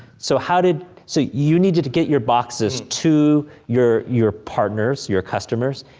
so, how did, so, you needed to get your boxes to your your partners, your customers,